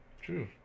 true